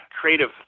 creative